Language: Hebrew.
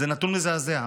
זה נתון מזעזע.